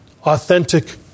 authentic